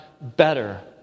better